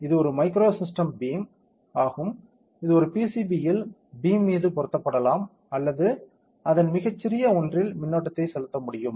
இது ஒரு micro system beam ஆகும் இது ஒரு PCBயில் பீம் மீது பொருத்தப்படலாம் அல்லது அதன் மிகச் சிறிய ஒன்றில் மின்னோட்டத்தை செலுத்த முடியும்